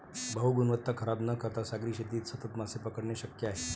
भाऊ, गुणवत्ता खराब न करता सागरी शेतीत सतत मासे पकडणे शक्य आहे